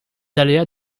aléas